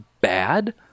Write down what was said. bad